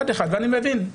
ואני מבין,